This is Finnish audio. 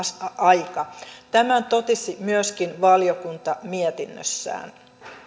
aika tämän totesi myöskin valiokunta mietinnössään